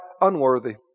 unworthy